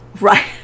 right